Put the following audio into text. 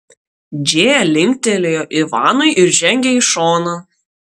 džėja linktelėjo ivanui ir žengė į šoną